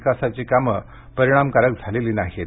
विकासाची कामे परिणामकारक झाले नाहीत